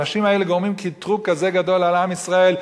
האנשים האלה גורמים קטרוג כזה גדול על עם ישראל,